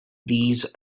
these